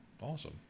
Awesome